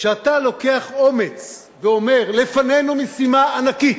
כשאתה לוקח אומץ ואומר: לפנינו משימה ענקית,